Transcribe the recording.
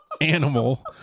Animal